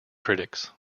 critics